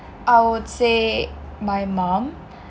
I would say my mum